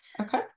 okay